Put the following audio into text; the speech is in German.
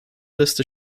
liste